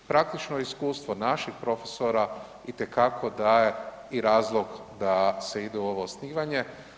Praktično iskustvo naših profesora itekako daje i razloga da se ide u ovo osnivanje.